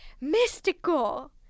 Mystical